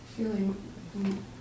Feeling